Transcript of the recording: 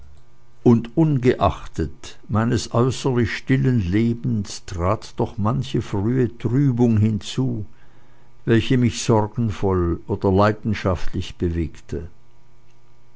und ungeachtet meines äußerlich stillen lebens trat doch manche frühe trübung hinzu welche mich sorgenvoll oder leidenschaftlich bewegte